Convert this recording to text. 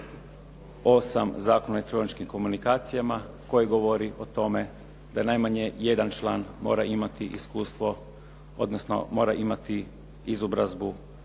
8. Zakona o elektroničkim komunikacijama koji govori o tome da najmanje jedan član mora imati iskustvo, odnosno mora imati izobrazbu